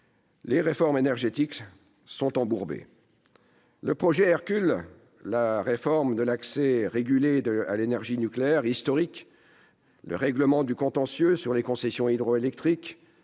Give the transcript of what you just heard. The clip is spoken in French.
les réformes énergétiques sont embourbées. Le projet Hercule, la réforme de l'accès régulé à l'énergie nucléaire historique, le règlement du contentieux sur les concessions hydroélectriques